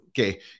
okay